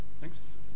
Thanks